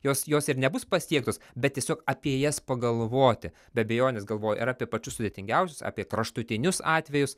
jos jos ir nebus pasiektos bet tiesiog apie jas pagalvoti be abejonės galvoji ir apie pačius sudėtingiausius apie kraštutinius atvejus